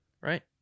right